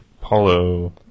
Paulo